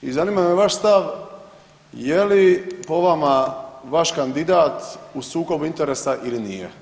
I zanima me vaš stav je li po vama vaš kandidat u sukobu interesa ili nije.